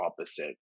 opposite